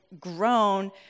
grown